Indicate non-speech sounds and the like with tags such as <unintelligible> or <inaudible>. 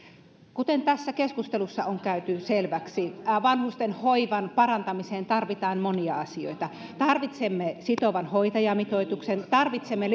kuten tässä keskustelussa on käynyt selväksi vanhusten hoivan parantamiseen tarvitaan monia asioita tarvitsemme sitovan hoitajamitoituksen tarvitsemme <unintelligible>